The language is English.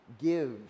Give